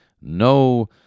no